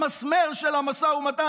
המסמר של המשא ומתן,